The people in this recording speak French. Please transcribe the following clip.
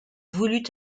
voulut